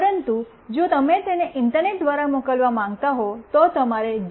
પરંતુ જો તમે તેને ઇન્ટરનેટ દ્વારા મોકલવા માંગતા હો તો તમારે જી